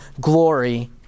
glory